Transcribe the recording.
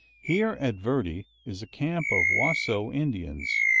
here at verdi is a camp of washoe indians,